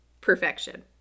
perfection